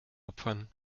opfern